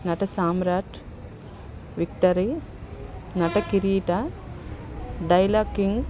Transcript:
Natsamrat victory నటకిరీట dialogue king